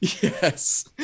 Yes